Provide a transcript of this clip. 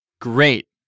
Great